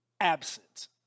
absent